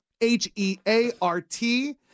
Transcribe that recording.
H-E-A-R-T